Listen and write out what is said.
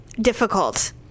difficult